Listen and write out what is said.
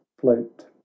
float